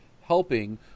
helping